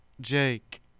Jake